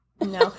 no